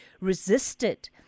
resisted